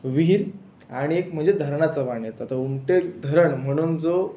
विहीर आणि एक म्हणजे धरणाचं पाणी येत तर उंटेक धरण म्हणून जो